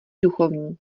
duchovní